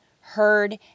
heard